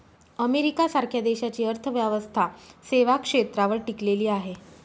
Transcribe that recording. America सारख्या देशाची अर्थव्यवस्था सेवा क्षेत्रावर टिकलेली आहे